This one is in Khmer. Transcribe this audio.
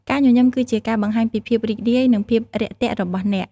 ការញញឹមគឺជាការបង្ហាញពីភាពរីករាយនិងភាពរាក់ទាក់របស់អ្នក។